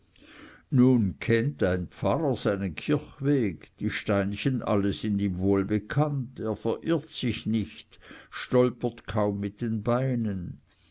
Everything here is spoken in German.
nun kennt ein pfarrer seinen kirchweg die steinchen alle sind ihm wohlbekannt er verirrt sich nicht er stolpert kaum mit den beinen